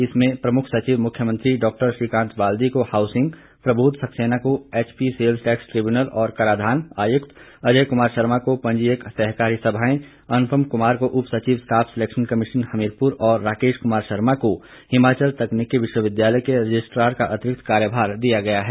इसमें प्रमुख सचिव मुख्यमंत्री डॉ श्रीकांत बाल्दी को हाउसिंग प्रबोध सक्सेना को एचपी सेल्स टैक्स ट्रिब्यूनल और कराधान आयुक्त अजय कुमार शर्मा को पंजीयक सहकारी सभाएं अनुपम कुमार को उप सचिव स्टाफ सेलेक्शन कमीशन हमीरपुर और राकेश कुमार शर्मा को हिमाचल तकनीकी विश्वविद्यालय के रजिस्ट्रार का अतिरिक्त कार्यभार दिया गया है